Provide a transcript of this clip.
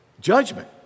judgment